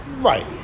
Right